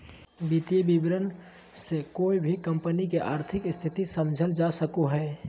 वित्तीय विवरण से कोय भी कम्पनी के आर्थिक स्थिति समझल जा सको हय